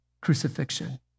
crucifixion